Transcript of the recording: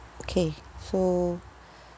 okay so